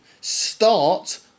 Start